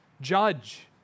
judge